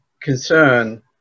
concern